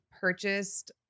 purchased